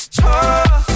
talk